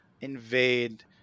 invade